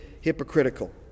hypocritical